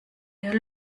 der